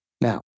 Now